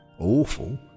Awful